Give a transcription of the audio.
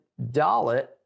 dalit